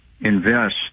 invest